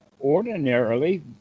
ordinarily